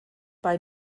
bei